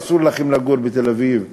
אסור לכם לגור בתל-אביב,